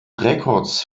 records